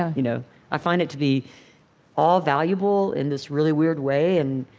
ah you know i find it to be all valuable in this really weird way, and